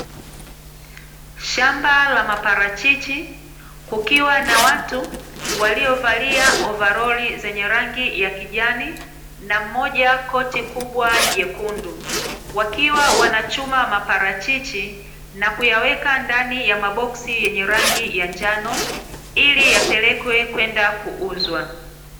Shamba la maparachichi, kukiwa na watu waliovalia ovaroli zenye rangi ya kijani na mmoja koti kubwa jekundu. Wakiwa wanachuma maparachichi na kuyaweka ndani ya maboksi yenye rangi ya njano, ili yapelekwe kwenda kuuzwa.